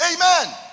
Amen